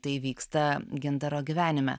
tai vyksta gintaro gyvenime